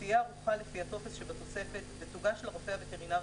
תהיה ערוכה לפי הטופס שבתוספת ותוגש לרופא הווטרינר